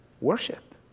worship